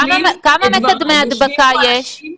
כמה מקדמי הדבקה יש?